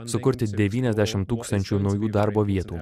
sukurti devyniasdešim tūkstančių naujų darbo vietų